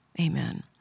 Amen